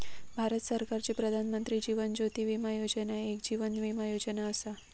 भारत सरकारची प्रधानमंत्री जीवन ज्योती विमा योजना एक जीवन विमा योजना असा